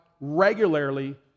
regularly